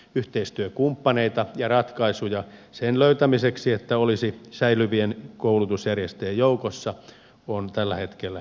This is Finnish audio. yhteistyökumppaneiden ja ratkaisujen tarve sen löytämiseksi että olisi säilyvien koulutusjärjestäjien joukossa on tällä hetkellä kova